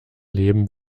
leben